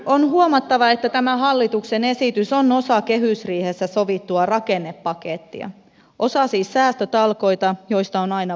on huomattava että tämä hallituksen esitys on osa kehysriihessä sovittua rakennepakettia siis osa säästötalkoita joista on aina vaikea pitää